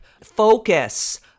focus